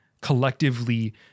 collectively